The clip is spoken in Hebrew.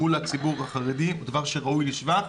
מול הציבור החרדי היא דבר הראוי לשבח,